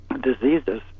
Diseases